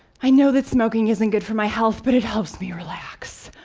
i know that smoking isn't good for my health, but it helps me relax,